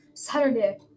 Saturday